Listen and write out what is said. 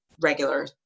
regular